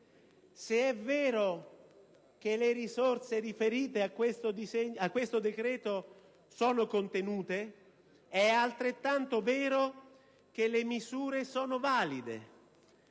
Se è vero che le risorse riferite a questo decreto sono contenute, è altrettanto vero che le misure sono valide.